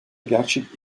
gerçek